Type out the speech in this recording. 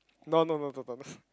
no no no no no no